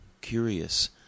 curious